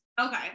okay